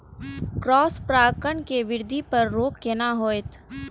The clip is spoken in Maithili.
क्रॉस परागण के वृद्धि पर रोक केना होयत?